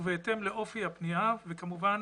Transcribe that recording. בהתאם לאופי הפנייה כמובן